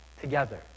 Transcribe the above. together